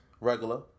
regular